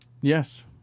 Yes